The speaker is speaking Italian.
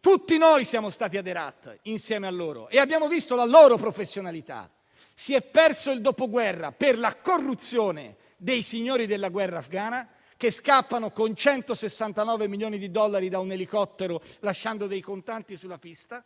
Tutti noi siamo stati ad Herat insieme a loro e abbiamo visto la loro professionalità. Si è perso il dopoguerra per la corruzione dei signori della guerra afghana che scappano con 169 milioni di dollari da un elicottero lasciando dei contanti sulla pista;